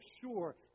sure